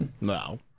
No